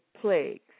plagues